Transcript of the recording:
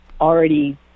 already